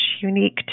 unique